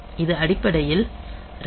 இது அடிப்படையில் RAM இடம்